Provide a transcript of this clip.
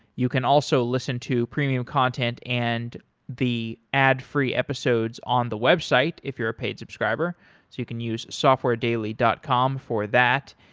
you can also listen to premium content and the ad free episodes on the website if you're a paid subscriber. so you can use softwaredaily dot com for that.